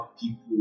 people